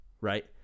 Right